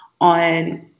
on